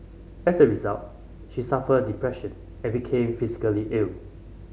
as a result she suffered depression and became physically ill